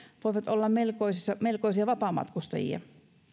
voivat olla melkoisia melkoisia vapaamatkustajia